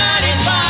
95